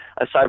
aside